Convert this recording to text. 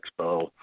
expo